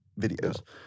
videos